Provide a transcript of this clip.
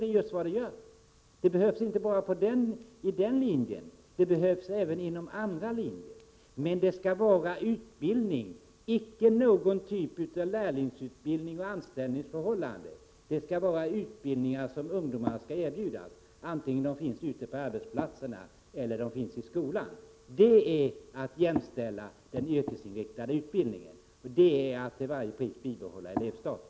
En sådan förlängning erfordras inte bara på denna linje utan även på andra linjer. Men det skall röra sig om utbildning och inte om någon typ av lärlingsutbildning och anställningsförhållande. Det är utbildningar som skall erbjudas ungdomarna, vare sig de finns ute på arbetsplatserna eller i skolan. Detta är att jämställa den yrkesinriktade utbildningen, vilket innebär att till varje pris bibehålla elevstatusen.